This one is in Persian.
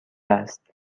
است